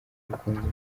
mukunzi